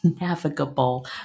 navigable